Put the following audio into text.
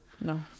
No